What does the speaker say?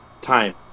time